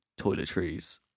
toiletries